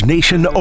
Nation